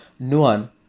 Nuan